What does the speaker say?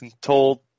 told